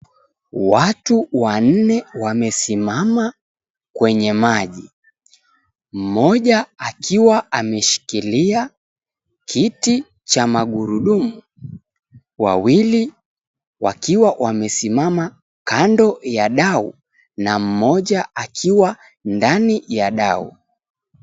Watu wanne wamesimama kwenye maji , moja akiwa ameshikilia kiti cha magurudumu, wawili wakiwa wamesimama kando ya dau na mmoja akiwa ndani ya dau.